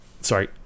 sorry